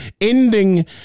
ending